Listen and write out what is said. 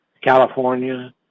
California